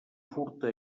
furta